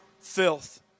filth